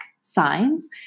signs